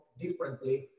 differently